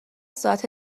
ساعت